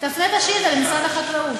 תפנה את השאילתה למשרד החקלאות.